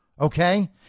Okay